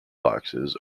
boxes